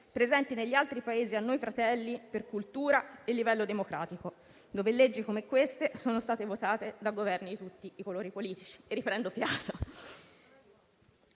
presenti negli altri Paesi a noi fratelli per cultura e livello democratico, dove leggi come queste sono state votate da Governi di tutti i colori politici. Quando capì